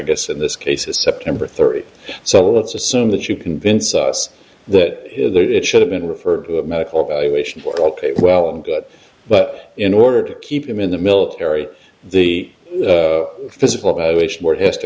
guess in this case is september thirtieth so let's assume that you convince us that it should have been referred to a medical evaluation board all paid well and good but in order to keep him in the military the physical